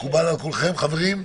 מקובל על כולכם, חברים?